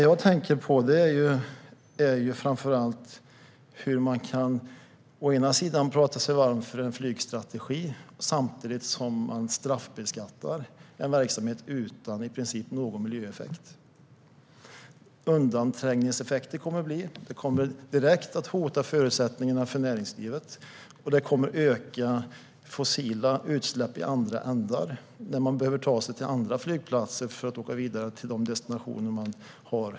Jag tänker framför allt på hur man kan å ena sidan prata sig varm för en flygstrategi samtidigt som man vill straffbeskatta en verksamhet, i princip utan några miljöeffekter. Det kommer att bli undanträngningseffekter. Det hotar direkt förutsättningarna för näringslivet, och det kommer att öka fossila utsläpp när man behöver ta sig till andra flygplatser för att åka vidare till de destinationer som man har.